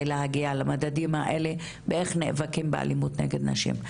להגיע למדדים האלה באיך נאבקים באלימות נגד נשים.